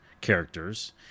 characters